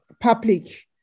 public